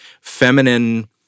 feminine